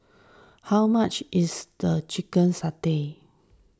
how much is the Chicken Satay